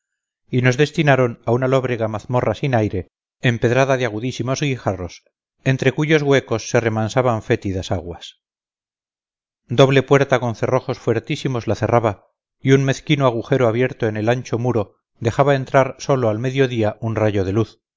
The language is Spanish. y nos destinaron a una lóbrega mazmorra sin aire empedrada de agudísimos guijarros entre cuyos huecos se remansaban fétidas aguas doble puerta con cerrojos fuertísimos la cerraba y un mezquino agujero abierto en el ancho muro dejaba entrar sólo al medio día un rayo de luz